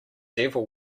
devil